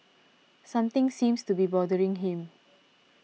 something seems to be bothering him